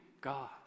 God